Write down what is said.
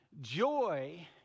Joy